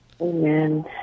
Amen